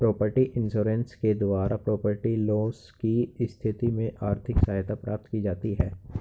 property insurance के द्वारा property loss की स्थिति में आर्थिक सहायता प्राप्त की जाती है